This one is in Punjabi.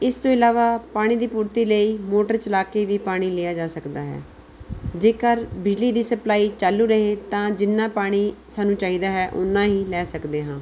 ਇਸ ਤੋਂ ਇਲਾਵਾ ਪਾਣੀ ਦੀ ਪੂਰਤੀ ਲਈ ਮੋਟਰ ਚਲਾ ਕੇ ਵੀ ਪਾਣੀ ਲਿਆ ਜਾ ਸਕਦਾ ਹੈ ਜੇਕਰ ਬਿਜਲੀ ਦੀ ਸਪਲਾਈ ਚਾਲੂ ਰਹੇ ਤਾਂ ਜਿੰਨਾ ਪਾਣੀ ਸਾਨੂੰ ਚਾਹੀਦਾ ਹੈ ਓਨਾ ਹੀ ਲੈ ਸਕਦੇ ਹਾਂ